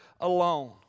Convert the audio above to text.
alone